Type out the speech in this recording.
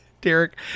Derek